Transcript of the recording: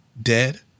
dead